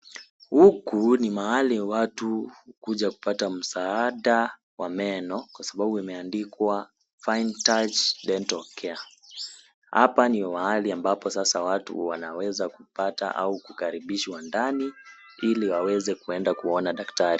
Huku ni mahali watu hukuja kupata msaada wa meno kwa sababu imeandikwa Fine Touch Dental Care. Hapa ni mahali ambapo sasa watu wanaweza kupata au kukaribishwa ndani, ili waweze kwenda kuona daktari.